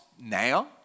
now